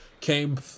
came